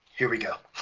here we go.